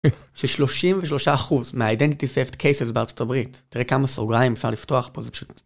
ש-33% מה-Identity Theft Cases בארצות הברית, תראה כמה סוגריים אפשר לפתוח פה, זה פשוט...